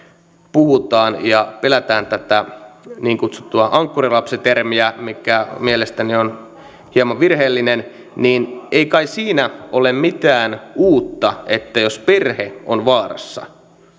puhutaan ja pelätään tätä niin kutsuttua ankkurilapsi termiä mikä mielestäni on hieman virheellinen niin ei kai siinä ole mitään uutta että jos perhe on vaarassa